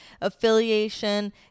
affiliation